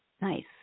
Nice